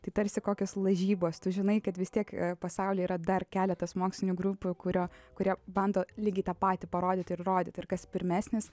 tai tarsi kokios lažybos tu žinai kad vis tiek pasaulyje yra dar keletas mokslinių grupių kurios kurie bando lygiai tą patį parodyti ir rodyti ir kas pirmesnis